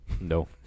No